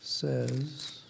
says